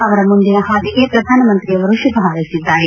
ಅವರ ಮುಂದಿನ ಹಾದಿಗೆ ಪ್ರಧಾನಮಂತ್ರಿ ಅವರು ಶುಭ ಹಾರೈಸಿದ್ದಾರೆ